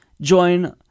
join